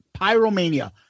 Pyromania